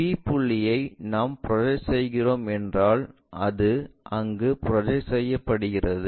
p புள்ளியை நாம் project செய்கிறோம் என்றால் அது அங்கு ப்ரொஜெக்ட் செய்யப்படுகிறது